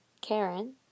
Karen